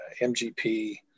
MGP